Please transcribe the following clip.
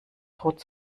droht